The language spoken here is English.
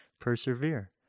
Persevere